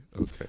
Okay